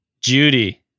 Judy